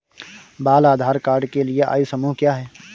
बाल आधार कार्ड के लिए आयु समूह क्या है?